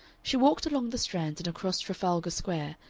she walked along the strand and across trafalgar square,